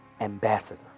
Ambassador